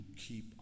keep